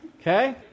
okay